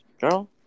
girl